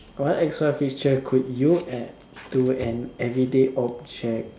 what extra feature could you add to an everyday object